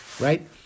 Right